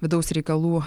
vidaus reikalų